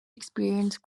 experienced